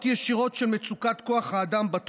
אבל יש רבים מהם שאבא שלהם או סבא שלהם היו